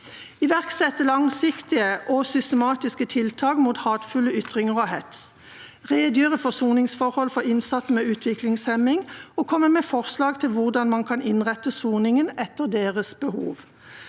iverksette langsiktige og systematiske tiltak mot hatefulle ytringer og hets – redegjøre for soningsforhold for innsatte med utviklingshemming og komme med forslag til hvordan man kan innrette soningen etter deres behov